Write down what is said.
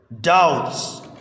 Doubts